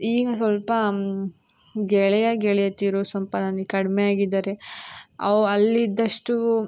ಈಗ ಸ್ವಲ್ಪ ಗೆಳೆಯ ಗೆಳೆತಿಯರು ಸ್ವಲ್ಪ ನನಗೆ ಕಡಿಮೆ ಆಗಿದ್ದಾರೆ ಅವು ಅಲ್ಲಿದ್ದಷ್ಟು